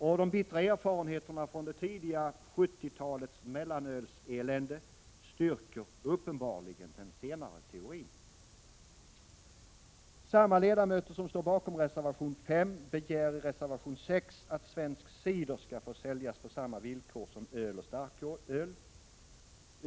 Och de bittra erfarenheterna från det tidigare 1970 talets mellanölselände styrker uppenbarligen den senare teorin. Samma ledamöter som står bakom reservation 5 begär i reservation 6 att svensk cider skall få säljas på samma villkor som öl och starköl.